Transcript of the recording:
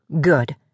Good